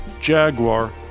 Jaguar